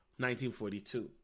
1942